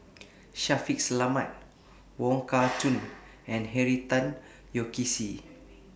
Shaffiq Selamat Wong Kah Chun and Henry Tan Yoke See